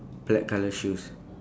black colour shoes